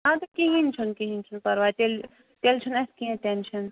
اَدٕ کِہیٖنۍ چھُنہِ کِہیٖنۍ چھُنہِ پَرواے تیٚلہِ تیٚلہِ چھُنہِ اسہِ کیٚنٛہہ ٹیٚنشن